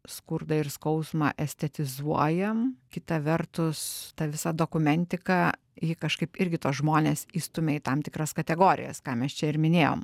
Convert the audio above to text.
skurdą ir skausmą estetizuojam kita vertus ta visa dokumentika ji kažkaip irgi tuos žmones įstumia į tam tikras kategorijas ką mes čia ir minėjom